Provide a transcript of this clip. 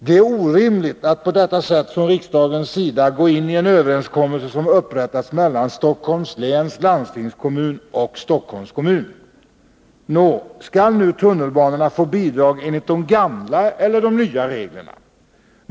Det är orimligt att riksdagen på detta sätt går in i en överenskommelse som träffats mellan Stockholms läns landstingskommun och Stockholms kommun. Nå, skall nu tunnelbanorna få bidrag enligt de gamla eller de nya reglerna?